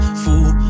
fool